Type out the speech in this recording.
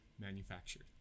manufactured